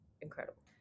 incredible